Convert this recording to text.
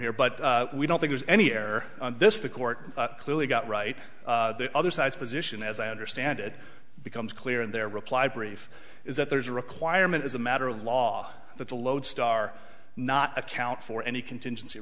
here but we don't think there's any error on this the court clearly got right the other side's position as i understand it becomes clear in their reply brief is that there's a requirement as a matter of law that the lodestar not account for any contingency